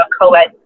co-ed